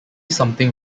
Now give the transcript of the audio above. something